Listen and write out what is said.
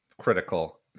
critical